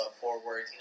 forward